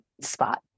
spot